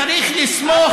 אתה צריך לסמוך,